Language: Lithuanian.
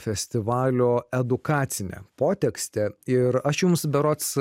festivalio edukacinę potekstę ir aš jums berods